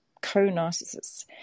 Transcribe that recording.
co-narcissists